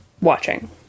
watching